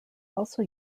also